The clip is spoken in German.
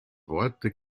worte